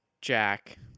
Jack